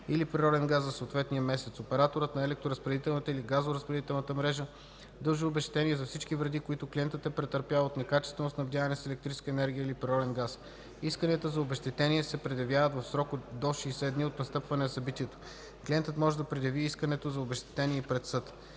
или природен газ за съответния месец. Операторът на електроразпределителната или газоразпределителната мрежа дължи обезщетение за всички вреди, които клиентът е претърпял от некачествено снабдяване с електрическа енергия или природен газ. Исканията за обезщетение се предявяват в срок до 60 дни от настъпване на събитието. Клиентът може да предяви искането за обезщетение и пред съд.